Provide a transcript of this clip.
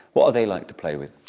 what are they like to play with?